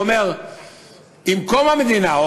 עם קום המדינה,